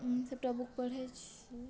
हम सभटा बुक पढ़ै छी